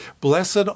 blessed